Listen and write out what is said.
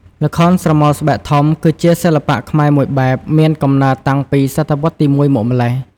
ល្ខោនស្រមោលស្បែកធំ គឺជាសិល្បៈខ្មែរមួយបែបមានកំណើតតាំងពីស.វទី ១ មកម្ល៉េះ ។